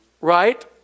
right